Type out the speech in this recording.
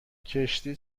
کشتی